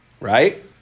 Right